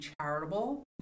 charitable